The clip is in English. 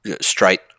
straight